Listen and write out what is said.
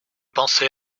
pensez